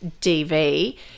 DV